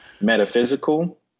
metaphysical